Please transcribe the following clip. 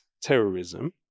terrorism